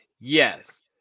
Yes